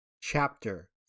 Chapter